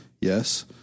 yes